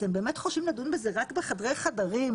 אתם באמת חושבים לדון בזה רק בחדרי חדרים?